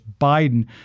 Biden